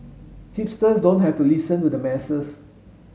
hipsters don't have to listen to the masses